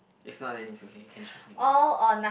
if not then it's okay you can choose another